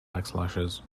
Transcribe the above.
backslashes